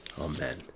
Amen